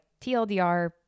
TLDR